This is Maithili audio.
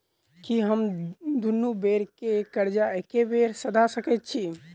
की हम दुनू बेर केँ कर्जा एके बेर सधा सकैत छी?